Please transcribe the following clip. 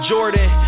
Jordan